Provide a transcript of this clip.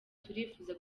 turifuza